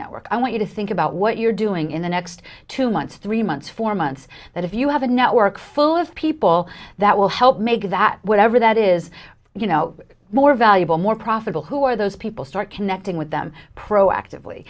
network i want you to think about what you're doing in the next two months three months four months that if you have a network full of people that will help make that whatever that is you know more valuable more profitable who are those people start connecting with them proactively